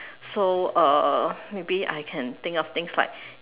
so uh maybe I can think of things like